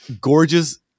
Gorgeous